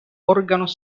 órganos